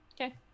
Okay